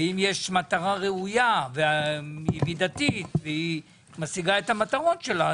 ואם יש מטרה ראויה והיא מידתית והיא משיגה את המטרות שלה,